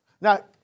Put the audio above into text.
Now